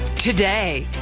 today.